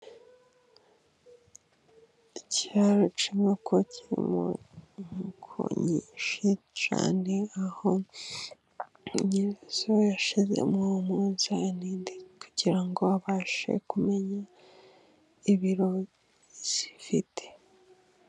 Ikiraro k’inkoko kirimo inkoko nyinshi cyane， aho nyirazo yashyizemo umwunzani， kugira ngo abashe kumenya ibiro zifite.